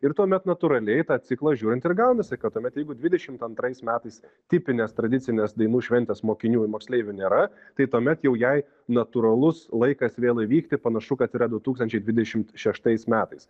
ir tuomet natūraliai tą ciklą žiūrint ir gaunasi kad tuomet jeigu dvidešimt antrais metais tipinės tradicinės dainų šventės mokinių ir moksleivių nėra tai tuomet jau jei natūralus laikas vėl įvykti panašu kad yra du tūkstančiai dvidešim šeštais metais